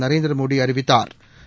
நரேந்திரமோடி அறிவித்தாா்